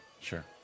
Sure